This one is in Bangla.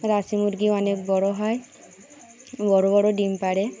রাচ মুরগি অনেক বড় হয় বড় বড় ডিম পাড়ে